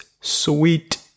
sweet